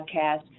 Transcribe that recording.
podcast